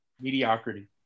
Mediocrity